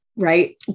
Right